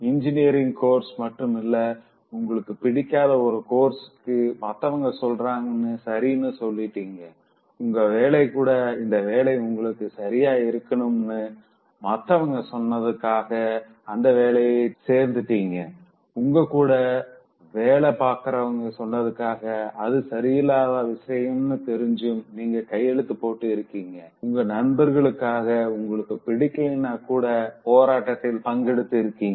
engineering course மட்டும் இல்ல உங்களுக்கு பிடிக்காத ஒரு கோரஸ்க்கு மத்தவங்க சொல்றாங்கனு சரின்னு சொல்லிட்டிங்கஉங்க வேலை கூட இந்த வேலை உங்களுக்கு சரியா இருக்கும்னு மத்தவங்க சொன்னதுக்காக அந்த வேலைல சேர்ந்துட்டிங்க உங்க கூட வேல பாக்குறவங்க சொன்னதுக்காக அது சரியில்லாத விஷயம்னு தெரிஞ்சும் நீங்க கையெழுத்து போட்டு இருக்கீங்க உங்க நண்பர்களுக்காக உங்களுக்கு பிடிக்கலைன்னா கூட போராட்டத்தில பங்கெடுத்து இருக்கீங்க